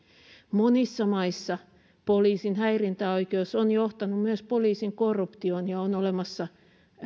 monissa maissa poliisin häirintäoikeus on johtanut myös poliisin korruptioon ja on olemassa